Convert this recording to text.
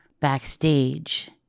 backstage